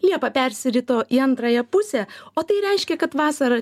liepa persirito į antrąją pusę o tai reiškia kad vasara